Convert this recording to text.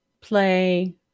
play